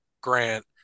Grant